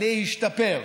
להשתפר.